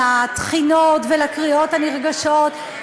לתחינות ולקריאות הנרגשות,